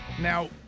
Now